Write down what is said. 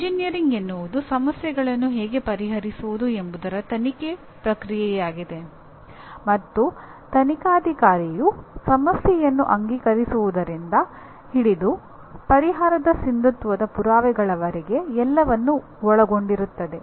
engineering ಎನ್ನುವುದು ಸಮಸ್ಯೆಗಳನ್ನು ಹೇಗೆ ಪರಿಹರಿಸುವುದು ಎಂಬುದರ ತನಿಖೆಯ ಪ್ರಕ್ರಿಯೆಯಾಗಿದೆ ಮತ್ತು ತನಿಖಾಧಿಕಾರಿಯು ಸಮಸ್ಯೆಯನ್ನು ಅಂಗೀಕರಿಸುವುದರಿಂದ ಹಿಡಿದು ಪರಿಹಾರದ ಸಿಂಧುತ್ವದ ಪುರಾವೆಗಳವರೆಗೆ ಎಲ್ಲವನ್ನೂ ಒಳಗೊಂಡಿರುತ್ತದೆ